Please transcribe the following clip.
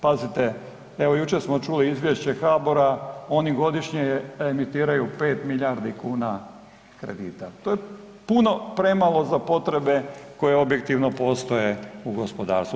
Pazite evo jučer smo čuli izvješće HBOR-a oni godišnje emitiraju 5 milijardi kuna kredita, to je puno premalo za potrebe koje objektivno postoje u gospodarstvu.